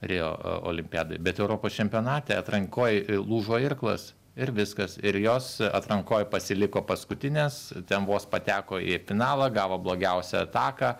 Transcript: rio olimpiadoj bet europos čempionate atrankoj lūžo irklas ir viskas ir jos atrankoj pasiliko paskutinės ten vos pateko į finalą gavo blogiausią taką